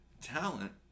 talent